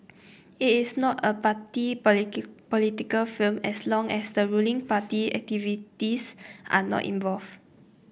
it is not a party political film as long as the ruling party activists are not involved